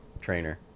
trainer